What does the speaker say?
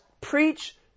preach